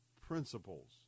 principles